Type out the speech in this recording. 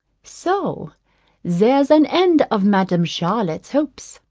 so there's an end of madam charlotte's hopes.